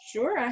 Sure